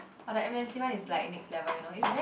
but the M_N_c one is like next level you know it's very